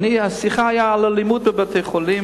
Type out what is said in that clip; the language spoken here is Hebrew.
והשיחה היתה על אלימות בבתי-החולים,